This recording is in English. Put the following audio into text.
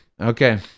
Okay